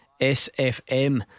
SFM